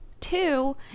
Two